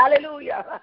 hallelujah